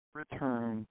return